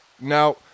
Now